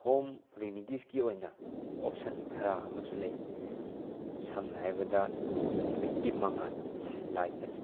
home ꯔꯦꯃꯤꯗꯤꯁꯀꯤ ꯑꯣꯏꯅ option ꯈꯔ ꯑꯃꯁꯨ ꯂꯩ ꯁꯝꯅ ꯍꯥꯏꯔꯕꯗ ꯅꯨꯃꯤꯠꯀꯤ ꯃꯉꯥꯜ ꯁꯟ ꯂꯥꯏꯠ ꯑꯁꯦ